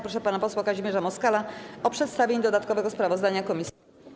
Proszę pana posła Kazimierza Moskala o przedstawienie dodatkowego sprawozdania komisji.